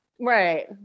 Right